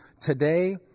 Today